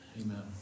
Amen